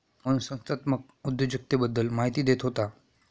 मोहन संस्थात्मक उद्योजकतेबद्दल माहिती देत होता